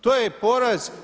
To je poraz.